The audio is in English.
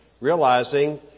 realizing